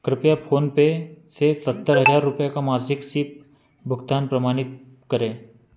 कृपया फ़ोनपे से सत्तर हज़ार रुपए का मासिक सिप भुगतान प्रमाणित करें